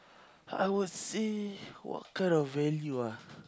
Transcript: I would say what kind of value ah